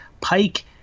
Pike